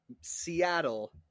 Seattle